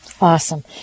Awesome